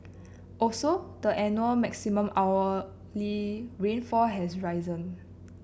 also the annual maximum hourly rainfall has risen